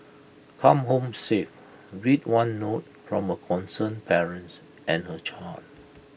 come home safe read one note from A concerned parents and her child